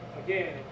again